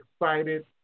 excited